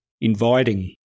inviting